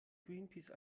greenpeace